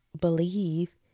believe